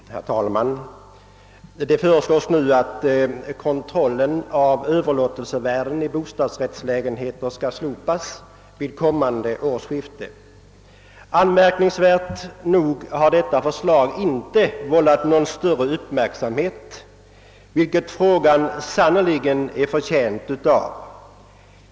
Herr talman! Det föreslås nu att kontrollen av överlåtelsevärden i bostadsrättslägenheter skall slopas vid kommande årsskifte. Anmärkningsvärt nog har detta förslag inte väckt någon större uppmärksamhet, vilket frågan sannerligen hade varit förtjänt av.